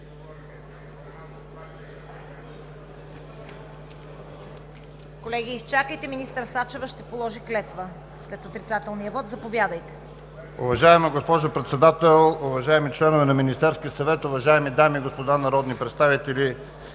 Колеги, изчакайте, министър Сачева ще положи клетва след отрицателния вот. ТАСКО ЕРМЕНКОВ (БСП за България): Уважаема госпожо Председател, уважаеми членове на Министерския съвет, уважаеми дами и господа народни представители!